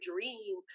dream